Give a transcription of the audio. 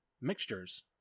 mixtures